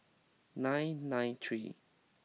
nine nine three